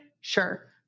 Sure